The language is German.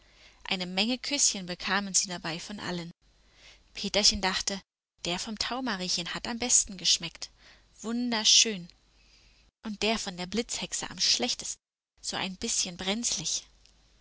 eine menge küßchen bekamen sie dabei von allen peterchen dachte der vom taumariechen hat am besten geschmeckt wunderschön und der von der blitzhexe am schlechtesten so ein bißchen brenzlig